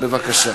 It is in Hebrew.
אני מבקש הקשבה,